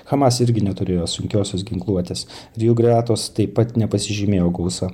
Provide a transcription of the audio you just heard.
hamaz irgi neturėjo sunkiosios ginkluotės ir jų gretos taip pat nepasižymėjo gausa